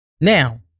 Now